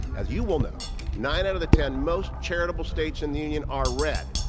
as you will know nine out of the ten most charitable states in the union are red.